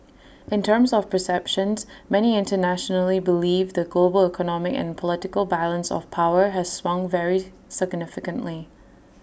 in terms of perceptions many internationally believe the global economic and political balance of power has swung very significantly